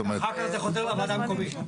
שאחר כך זה חוזר לוועדה המקומית.